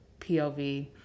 POV